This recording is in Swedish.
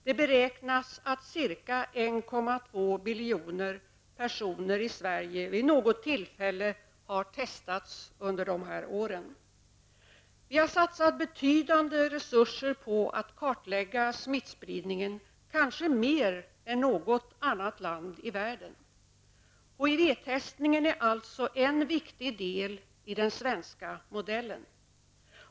Det beräknas att ca 1,2 miljoner personer i Sverige vid något tillfälle har testats under dessa år. Vi har satsat betydande resurser på att kartlägga smittspridningen, kanske mer än något annat land i världen. HIV-testningen är alltså en viktig del i den svenska modellen.